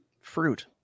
Fruit